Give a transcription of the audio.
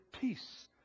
peace